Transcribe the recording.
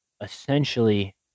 essentially